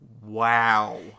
Wow